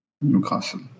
Newcastle